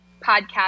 podcast